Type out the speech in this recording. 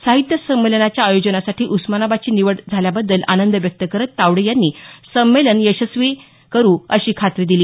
साहित्य संमेलनाच्या आयोजनासाठी उस्मानाबादची निवड झाल्याबद्दल आनंद व्यक्त करत तावडे यांनी संमेलनाचं यशस्वी आयोजन करू अशी खात्री दिली